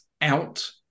out